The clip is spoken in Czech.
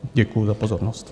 Děkuju za pozornost.